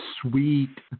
sweet